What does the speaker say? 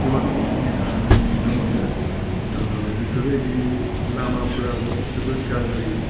गोबां असुबिधा जों नुनो मोनो बिफोरबायदि लामाफोराबो जोबोद गाज्रि